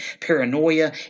paranoia